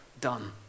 done